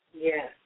Yes